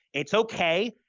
it's okay.